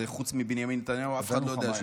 חוץ מבנימין נתניהו אף אחד לא יודע,